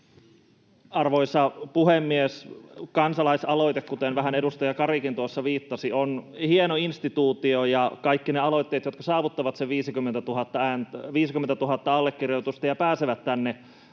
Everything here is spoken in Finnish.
Arvoisa puhemies! Kansalaisaloite, kuten edustaja Karikin tuossa vähän viittasi, on hieno instituutio. Kaikki ne aloitteet, jotka saavuttavat sen 50 000 allekirjoitusta ja pääsevät tänne,